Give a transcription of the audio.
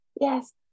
yes